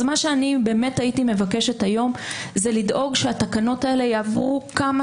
אז מה שאני מבקשת היום זה לדאוג שהתקנות האלה יעברו כמה